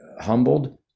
humbled